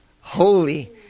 holy